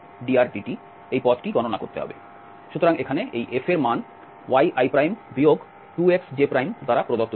সুতরাং এখানে এই F এর মান yi 2xj দ্বারা প্রদত্ত ছিল